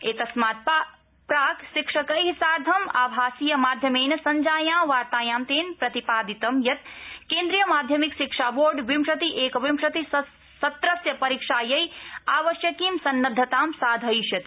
एतस्मात् प्राक् शिक्षकै सार्धं आभासीय माध्यमेन संजातायां वार्तायां तेन प्रतिपादितं यत् केन्द्रिय माध्यमिक शिक्षा बोर्ड विंशति एकविंशति सत्रस्य परीक्षायै आवश्यकीं सन्नद्धतां साधयिष्यति